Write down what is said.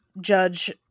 Judge